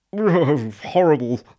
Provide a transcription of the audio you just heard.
horrible